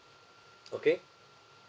okay